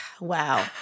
wow